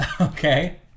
Okay